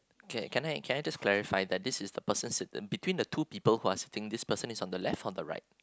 okay can I can I just clarify that this is the person sit~ between the two people who are sitting this person is on the left or the right